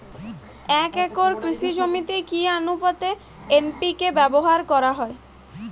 এক একর কৃষি জমিতে কি আনুপাতে এন.পি.কে ব্যবহার করা হয়?